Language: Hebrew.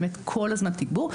באמת כל הזמן תגבור,